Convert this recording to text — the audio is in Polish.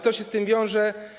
Co się z tym wiąże?